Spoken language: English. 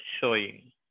showing